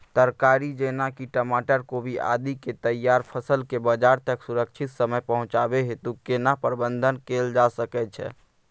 तरकारी जेना की टमाटर, कोबी आदि के तैयार फसल के बाजार तक सुरक्षित समय पहुँचाबै हेतु केना प्रबंधन कैल जा सकै छै?